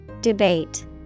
Debate